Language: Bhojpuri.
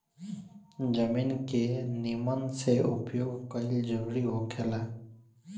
जमीन के निमन से उपयोग कईल जरूरी होखेला